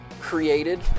created